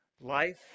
life